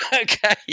okay